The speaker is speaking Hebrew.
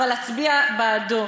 אבל אצביע בעדו".